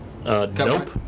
Nope